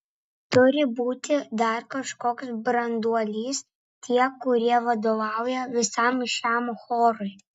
turi būti dar kažkoks branduolys tie kurie vadovauja visam šiam chorui